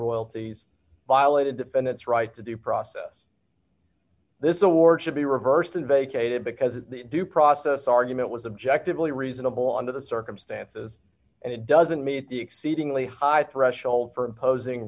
royalties violated defendant's right to due process this award should be reversed in vacated because the due process argument was objective only reasonable under the circumstances and it doesn't meet the exceedingly high threshold for imposing